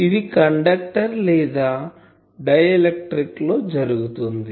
ఇది కండక్టర్ లేదా డైఎలక్ట్రిక్ లో జరుగుతుంది